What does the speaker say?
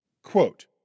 Quote